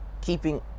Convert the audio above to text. keeping